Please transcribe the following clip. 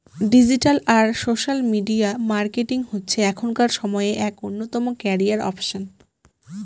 digital আর social media marketing হচ্ছে এখনকার সময়ে এক অন্যতম ক্যারিয়ার অপসন